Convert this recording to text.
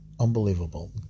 Unbelievable